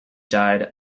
died